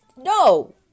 No